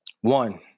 One